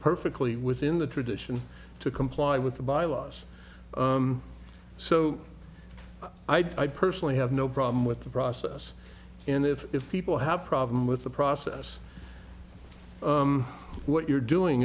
perfectly within the tradition to comply with the bylaws so i personally have no problem with the process and if people have a problem with the process what you're doing